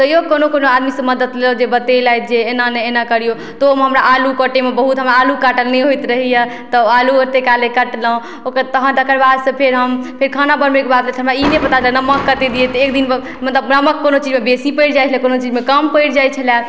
तैयौ कोनो कोनो आदमीसँ मदति लेलहुँ जे बतेलथि जे एना ने एना करियौ तहूमे हमरा आलू काटयमे बहुत हमरा आलू काटल नहि होइत रहइए तऽ आलू ओते काले कटलहुँ ओकर तहन तकरबादसँ फेर हम फेर खाना बनबयके बाद हमरा ई नहि पता जे नमक कते दिअ तऽ एक दिन मतलब नमक कोनो चीजमे बेसी पड़ि जाइ छलै कोनो चीजमे कम पड़ि जाइ छलै